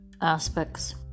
aspects